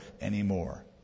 anymore